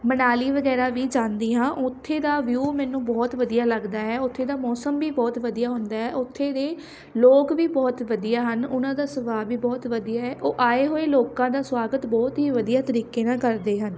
ਮਨਾਲੀ ਵਗੈਰਾ ਵੀ ਜਾਂਦੀ ਹਾਂ ਉੱਥੇ ਦਾ ਵਿਊ ਮੈਨੂੰ ਬਹੁਤ ਵਧੀਆ ਲੱਗਦਾ ਹੈ ਉੱਥੇ ਦਾ ਮੌਸਮ ਵੀ ਬਹੁਤ ਵਧੀਆ ਹੁੰਦਾ ਹੈ ਉੱਥੇ ਦੇ ਲੋਕ ਵੀ ਬਹੁਤ ਵਧੀਆ ਹਨ ਉਹਨਾਂ ਦਾ ਸੁਭਾਅ ਵੀ ਬਹੁਤ ਵਧੀਆ ਹੈ ਉਹ ਆਏ ਹੋਏ ਲੋਕਾਂ ਦਾ ਸਵਾਗਤ ਬਹੁਤ ਹੀ ਵਧੀਆ ਤਰੀਕੇ ਨਾਲ ਕਰਦੇ ਹਨ